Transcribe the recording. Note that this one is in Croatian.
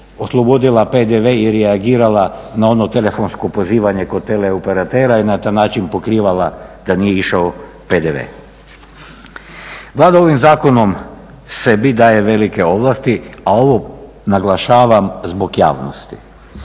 oslobodila PDV i reagirala na ono telefonsko pozivanje kod teleoperatera i na taj način pokrivala da nije išao PDV. Vlada ovim zakonom sebi daje velike ovlasti, a ovo naglašavam zbog javnosti